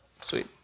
Sweet